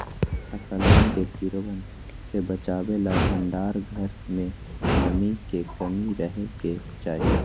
फसलवन के कीड़वन से बचावे ला भंडार घर में नमी के कमी रहे के चहि